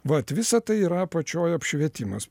vat visa tai yra apačioj apšvietimas